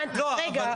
לא בגלל יוזמה שלכם.